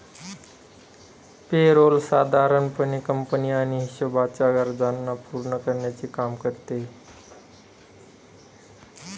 पे role साधारण पणे company आणि हिशोबाच्या गरजांना पूर्ण करण्याचे काम करते